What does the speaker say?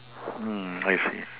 I see